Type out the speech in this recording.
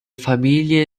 familie